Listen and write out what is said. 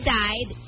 died